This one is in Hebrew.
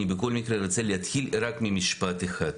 אני בכל מקרה רוצה להתחיל רק ממשפט אחד.